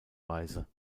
weise